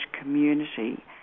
community